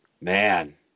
Man